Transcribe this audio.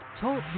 Talk